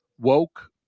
Woke